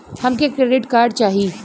हमके credit card चाही